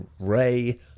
Ray